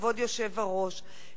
כבוד היושב-ראש,